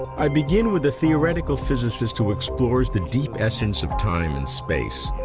i begin with a theoretical physicist who explores the deep essence of time and space,